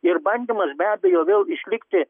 ir bandymas be abejo vėl išlikti